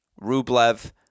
Rublev